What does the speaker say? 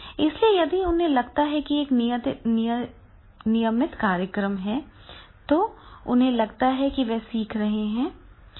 इसलिए यदि उन्हें लगता है कि यह एक नियमित कार्यक्रम है तो उन्हें लगता है कि वे सीख रहे हैं